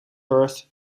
perth